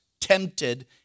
tempted